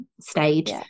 stage